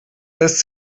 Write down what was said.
lässt